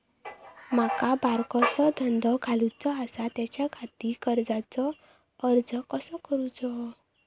माका बारकोसो धंदो घालुचो आसा त्याच्याखाती कर्जाचो अर्ज कसो करूचो?